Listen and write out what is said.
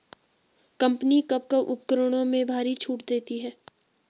Company कब कब उपकरणों में भारी छूट देती हैं?